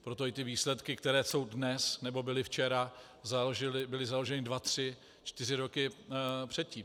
Proto i ty výsledky, které jsou dnes, nebo byly včera, byly založeny dva tři čtyři roky předtím.